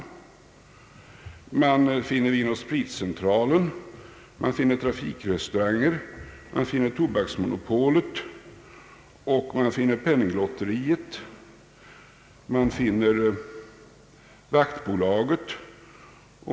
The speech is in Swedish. Vidare finner man Vinoch spritcentralen, Trafikrestauranger, Tobaksbolaget, Penninglotteriet, och man finner Bevakningsbolaget.